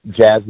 jazz